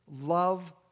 Love